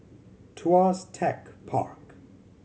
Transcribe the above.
Tuas Tech Park